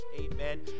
amen